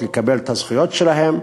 לקבל את הזכויות שלהם,